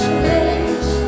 place